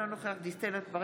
אינו נוכח גלית דיסטל אטבריאן,